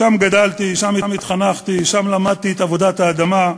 שם גדלתי, שם התחנכתי, שם למדתי את עבודת האדמה,